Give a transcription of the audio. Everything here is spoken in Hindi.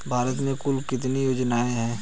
भारत में कुल कितनी योजनाएं हैं?